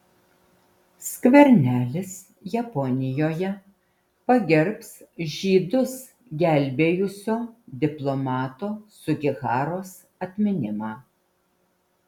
skvernelis japonijoje pagerbs žydus gelbėjusio diplomato sugiharos atminimą